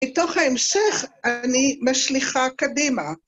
בתוך ההמשך אני משליכה קדימה.